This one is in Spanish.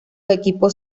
equipos